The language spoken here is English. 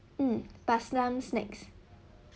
mm plus some snacks